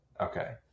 okay